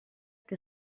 que